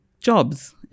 jobs